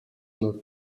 not